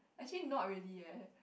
actually not really eh